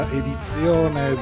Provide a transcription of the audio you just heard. edizione